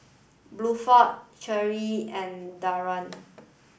Bluford Cherie and Daria